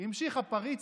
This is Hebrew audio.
המשיך הפריץ,